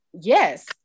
yes